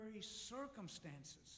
circumstances